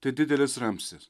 tai didelis ramstis